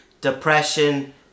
depression